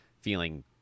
feeling